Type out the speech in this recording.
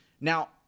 Now